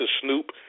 snoop